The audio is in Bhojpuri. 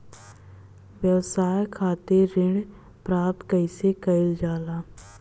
व्यवसाय खातिर ऋण प्राप्त कइसे कइल जाला?